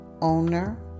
owner